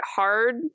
hard